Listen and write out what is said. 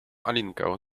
alinkę